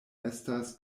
estas